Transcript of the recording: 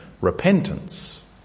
repentance